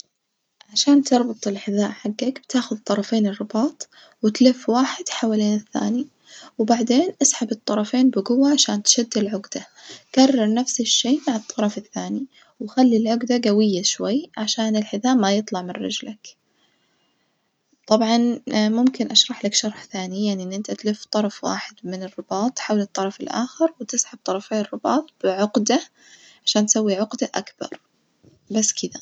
عشان تربط الحذاء حجك بتأخذ طرفين الرباط وتلف واحد حولين الثاني وبعدين اسحب الطرفين بجوة عشان تشد العجدة، كرر نفس الشي مع الطرف الثاني وخلي العجدة جوية شوي عشان الحذاء ما يطلع من رجلك ، طبعًا ممكن أشرحلك شرح ثاني يعني إن إنت تلف طرف واحد من الرباط حول الطرف الآخر وتسحب طرفي الرباط بعقدة عشان تسوي عقدة اكبر بس كدة.